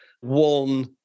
one